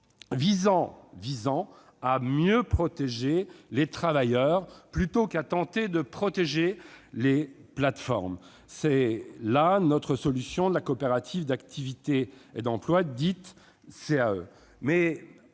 visant à mieux protéger les travailleurs plutôt qu'à tenter de protéger les plateformes. C'est le sens de notre solution des coopératives d'activité et d'emploi, dites « CAE